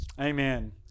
Amen